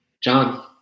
John